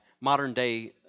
modern-day